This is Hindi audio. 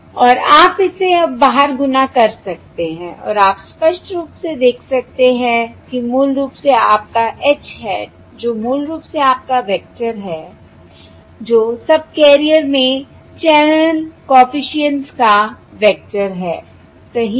और आप इसे अब बाहर गुणा कर सकते हैं और आप स्पष्ट रूप से देख सकते हैं कि मूल रूप से आपका H hat जो मूल रूप से आपका वेक्टर है जो सबकैरियर में चैनल कॉफिशिएंट्स का वेक्टर है सही है